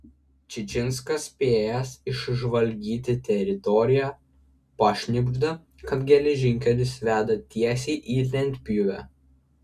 čičinskas spėjęs išžvalgyti teritoriją pašnibžda kad geležinkelis veda tiesiai į lentpjūvę